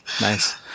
Nice